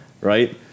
right